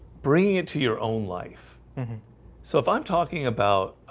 bringing it to your own life so if i'm talking about